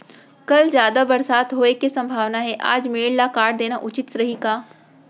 कल जादा बरसात होये के सम्भावना हे, आज मेड़ ल काट देना उचित रही का?